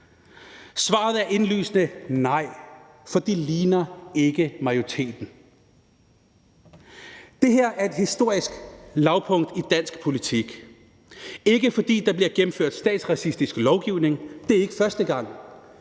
Svaret er indlysende, nemlig et nej, for de ligner ikke majoriteten. Det her er et historisk lavpunkt i dansk politik. Det er ikke, fordi der bliver gennemført statsracistisk lovgivning, for det er ikke første gang,